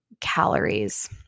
calories